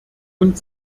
und